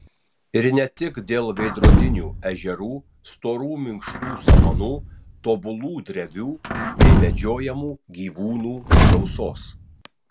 ir ne tik dėl veidrodinių ežerų storų minkštų samanų tobulų drevių bei medžiojamų gyvūnų gausos